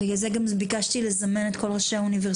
בגלל זה גם ביקשתי לזמן את כל ראשי האוניברסיטאות,